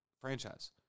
franchise